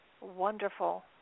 wonderful